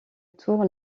tour